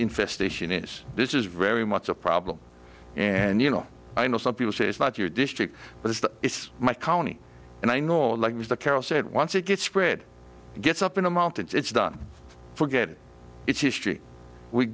infestation is this is very much a problem and you know i know some people say it's not your district but it's it's my colony and i know it like it was the carroll said once it gets spread gets up an amount it's done forget it it's history we